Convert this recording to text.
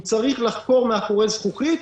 אם צריך לחקור מאחורי זכוכית,